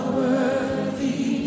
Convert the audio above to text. worthy